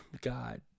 god